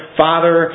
father